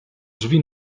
drzwi